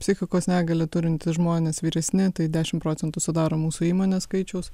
psichikos negalią turintys žmonės vyresni tai dešim procentų sudaro mūsų įmonė skaičiaus